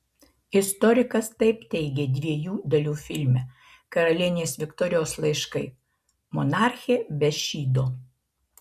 istorikas taip teigė dviejų dalių filme karalienės viktorijos laiškai monarchė be šydo